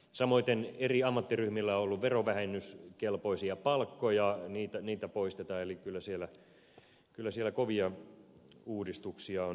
samoiten eri ammattiryhmillä on ollut verovähennyskelpoisia palkkoja niitä poistetaan eli kyllä siellä kovia uudistuksia on